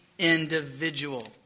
individual